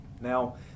Now